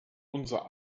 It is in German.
unser